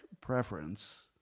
preference